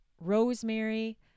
rosemary